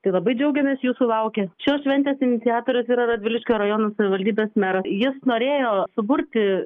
tai labai džiaugiamės jų sulaukę šios šventės iniciatorius yra radviliškio rajono savivaldybės meras jis norėjo suburti